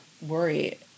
worry